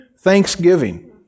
thanksgiving